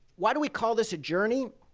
why do we call this a journey?